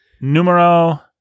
numero